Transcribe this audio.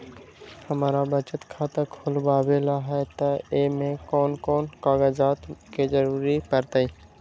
हमरा बचत खाता खुलावेला है त ए में कौन कौन कागजात के जरूरी परतई?